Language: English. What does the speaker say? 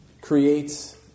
Creates